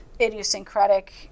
idiosyncratic